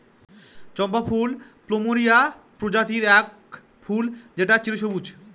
চম্পা ফুল প্লুমেরিয়া প্রজাতির এক ফুল যেটা চিরসবুজ